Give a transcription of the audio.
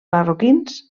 marroquins